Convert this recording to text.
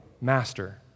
master